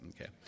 Okay